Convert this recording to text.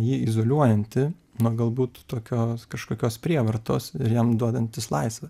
ji izoliuojanti nuo galbūt tokios kažkokios prievartos ir jam duodantis laisvę